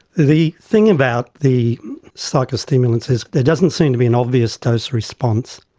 the thing about the psychostimulants is there doesn't seem to be an obvious dose response.